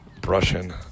brushing